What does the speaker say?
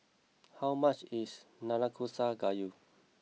how much is Nanakusa Gayu